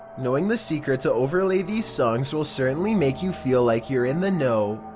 knowing the secret to overlay these songs will certainly make you feel like you're in the know.